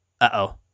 Uh-oh